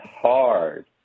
hard